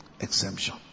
Exemption